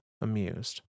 amused